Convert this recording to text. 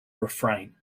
refrain